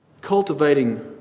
cultivating